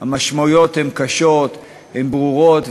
המשמעויות הן קשות, הן ברורות.